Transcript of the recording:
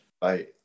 bye